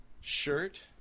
shirt